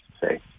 Say